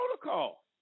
protocol